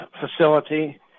facility